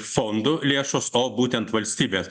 fondų lėšos o būtent valstybės